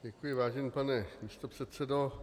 Děkuji, vážený pane místopředsedo.